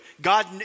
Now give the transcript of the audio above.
God